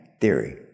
Theory